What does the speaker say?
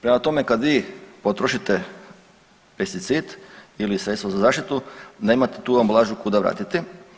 Prema tome, kad vi potrošite pesticid ili sredstvo za zaštitu nemate tu ambalažu kuda vratiti.